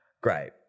great